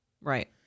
Right